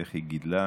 איך היא גידלה